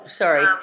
sorry